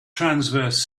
transverse